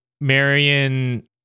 Marion